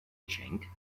geschenk